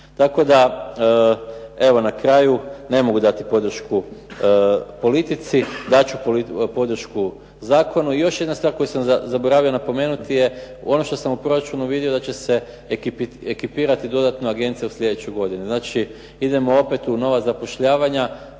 Tako da, evo na kraju ne mogu dati podršku politici, dat ću podršku zakonu. Još jedna stvar koju sam zaboravio napomenuti je ono što sam u proračunu vidio da će se ekipirati dodatno agencija u sljedećoj godini. Znači idemo opet u nova zapošljavanja.